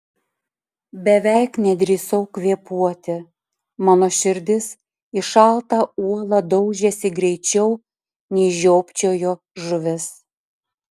beveik nedrįsau kvėpuoti mano širdis į šaltą uolą daužėsi greičiau nei žiopčiojo žuvis